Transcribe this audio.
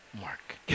Mark